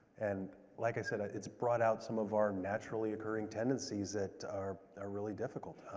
and like i said, ah it's brought out some of our naturally occurring tendencies that are ah really difficult.